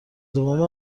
دوم